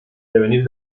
devenir